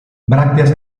brácteas